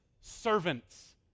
servants